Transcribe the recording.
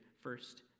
first